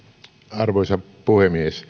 arvoisa puhemies